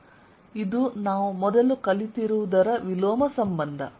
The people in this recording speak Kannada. ಇದು ನಾವು ಮೊದಲು ಕಲಿತಿರುವುದರ ವಿಲೋಮ ಸಂಬಂಧ